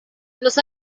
los